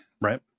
right